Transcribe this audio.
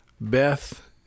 Beth